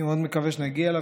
אני מאוד מקווה שנגיע אליו,